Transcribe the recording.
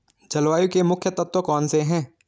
जलवायु के मुख्य तत्व कौनसे हैं?